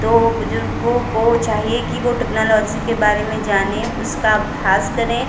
तो बुजुर्गों को चाहिए कि वो टेक्नोलॉज़ी के बारे में जानें उसका अभ्यास करें